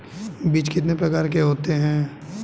बीज कितने प्रकार के होते हैं?